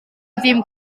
ddim